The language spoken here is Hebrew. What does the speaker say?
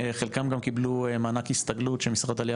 חלקם גם קיבלו מענק הסתגלות שמשרד העלייה